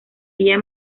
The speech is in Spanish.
día